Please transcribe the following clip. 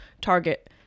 Target